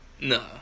No